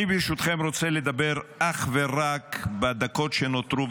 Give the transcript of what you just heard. אני ברשותכם רוצה לדבר אך ורק בדקות שנותרו,